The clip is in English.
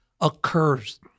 occurs